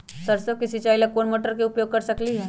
सरसों के सिचाई ला कोंन मोटर के उपयोग कर सकली ह?